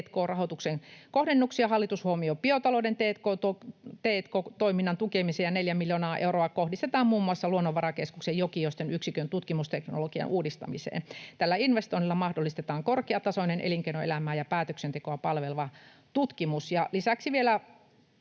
t&k-rahoituksen kohdennuksia hallitus huomioi biotalouden t&k-toiminnan tukemisen, ja neljä miljoonaa euroa kohdistetaan muun muassa Luonnonvarakeskuksen Jokioisten yksikön tutkimusteknologian uudistamiseen. Tällä investoinnilla mahdollistetaan korkeatasoinen elinkeinoelämää ja päätöksentekoa palveleva tutkimus. Lisäksi vielä